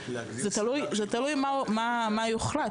תלוי מה יוחלט,